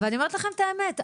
ואני אומרת לכם את האמת,